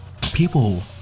People